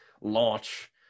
launch